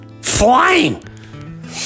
Flying